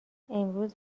امروز